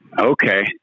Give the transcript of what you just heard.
Okay